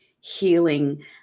healing